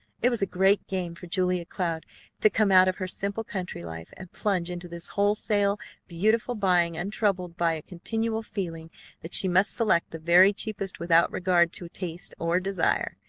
it was a great game for julia cloud to come out of her simple country life and plunge into this wholesale beautiful buying untroubled by a continual feeling that she must select the very cheapest without regard to taste or desire.